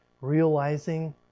realizing